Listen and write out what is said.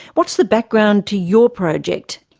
what's the background to your project?